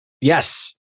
Yes